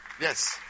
Yes